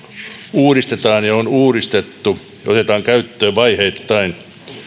uudistetaan ja on uudistettu ja otetaan käyttöön vaiheittain